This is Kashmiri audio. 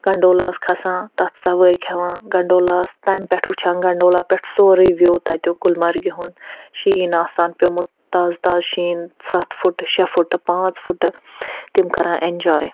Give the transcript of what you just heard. گنڈولاہَس کھسان تَتھ سَوٲرۍ کھٮ۪وان گَنڈولاہَس تَمہِ پٮ۪ٹھ وٕچھان گنڈولا پٮ۪ٹھ سورٕے وِو تَتیُک گُلمرگہِ ہُنٛد شیٖن آسان پیوٚمُت تازٕ تازٕ شیٖن سَتھ فُٹہٕ شےٚ فُٹہٕ پانٛژھ فُٹہٕ تِم کران اٮ۪نجاے